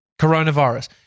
coronavirus